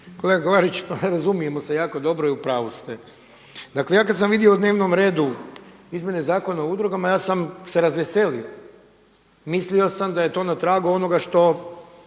Kolega Klarić pa razumijemo se jako dobro i u pravu ste. Dakle ja kada sam vidio na dnevnom redu izmjene Zakona o udrugama, ja sam se razveselio. Mislio sam da je to na tragu onoga o